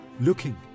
looking